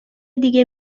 دیگه